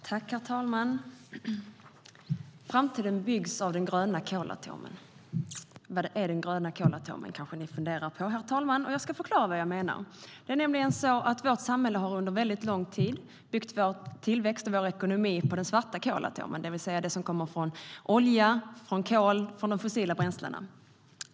Herr talman! Framtiden byggs av den gröna kolatomen. Ni kanske undrar vad den gröna kolatomen är, och jag ska förklara vad jag menar. Vårt samhälle har under lång tid byggt vår tillväxt och vår ekonomi på den svarta kolatomen, det vill säga det som kommer från olja och kol, de fossila bränslena.